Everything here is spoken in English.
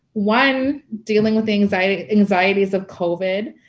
one dealing with anxieties anxieties of covid,